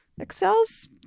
Excel's